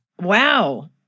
Wow